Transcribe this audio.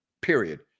period